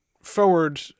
forward